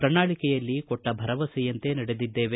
ಪ್ರಣಾಳಕೆಯಲ್ಲಿ ಕೊಟ್ಟ ಭರವಸೆಯಂತೆ ನಡೆದಿದ್ದೇವೆ